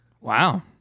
Wow